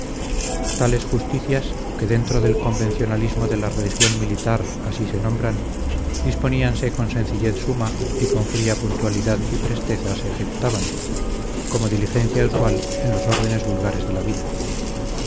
las armas tales justicias que dentro del convencionalismo de la religión militar así se nombran disponíanse con sencillez suma y con fría puntualidad y presteza se ejecutaban como diligencia usual en los órdenes vulgares de la vida